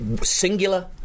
singular